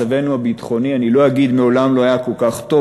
אני לא אגיד "מעולם לא היה כל כך טוב",